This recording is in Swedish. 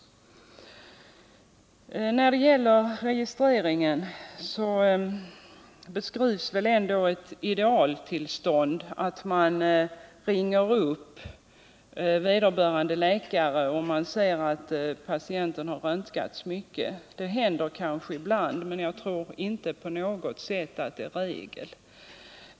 När det gäller registreringen beskrivs väl ändå ett idealtillstånd, där man ringer upp vederbörande läkare och säger att patienten har röntgats för mycket. Detta händer kanske ibland, men jag tror inte att det på något sätt är regel.